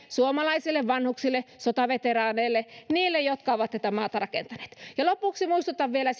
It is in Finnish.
suomalaisille vanhuksille sotaveteraaneille niille jotka ovat tätä maata rakentaneet ja lopuksi muistutan vielä